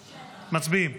מצביעים.